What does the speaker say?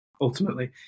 ultimately